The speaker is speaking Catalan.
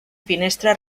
finestra